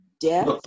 death